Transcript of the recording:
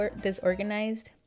disorganized